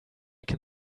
can